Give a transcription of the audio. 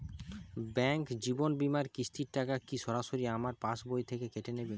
Bank জীবন বিমার কিস্তির টাকা কি সরাসরি আমার পাশ বই থেকে কেটে নিবে?